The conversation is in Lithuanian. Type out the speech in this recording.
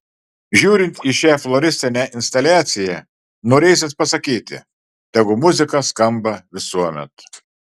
žiūrint į šią floristinę instaliaciją norėsis pasakyti tegu muzika skamba visuomet